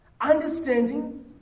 understanding